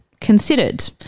considered